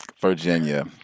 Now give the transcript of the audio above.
Virginia